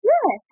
Yes